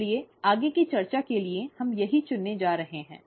इसलिए आगे की चर्चा के लिए हम यही चुनने जा रहे हैं